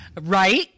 Right